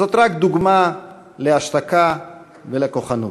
רק דוגמה להשתקה ולכוחנות.